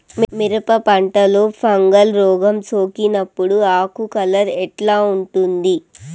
మిరప పంటలో ఫంగల్ రోగం సోకినప్పుడు ఆకు కలర్ ఎట్లా ఉంటుంది?